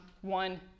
one